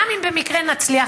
גם אם במקרה נצליח,